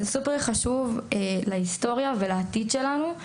וזה מאוד חשוב להיסטוריה ולעתיד שלנו.